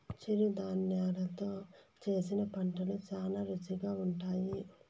చిరుధాన్యలు తో చేసిన వంటలు శ్యానా రుచిగా ఉంటాయి